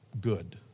good